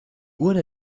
urne